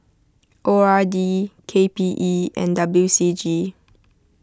O R D K P E and W C G